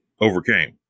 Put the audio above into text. overcame